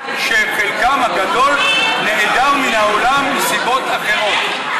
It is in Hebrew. שחלקם הגדול נעדר מן האולם מסיבות אחרות,